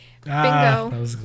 Bingo